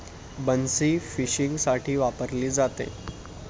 बन्सी फिशिंगसाठी वापरली जाते